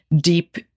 deep